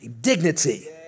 dignity